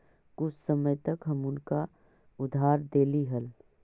कुछ समय तक हम उनका उधार देली हल